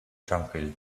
tranquil